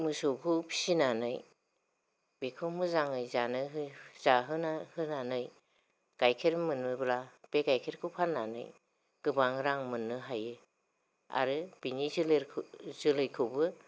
मोसौखौ फिसिनानै बेखौ मोजाङै जानो हो जाहोनो होनानै गाइखेर मोनोब्ला बे गाइखेरखौ फाननानै गोबां रां मोननो हायो आरो बिनि जोलेरखौ जोलैखौबो